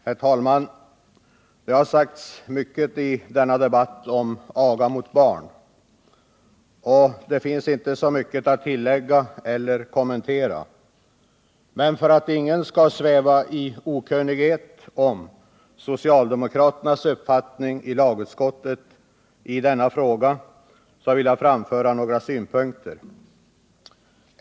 Herr talman! Det har sagts mycket i denna debatt om aga av barn, och det finns inte så mycket att tillägga eller kommentera. Men för att ingen skall sväva i okunnighet om socialdemokraternas uppfattning i lagutskottet i denna fråga vill jag framföra några synpunkter.